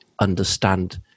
understand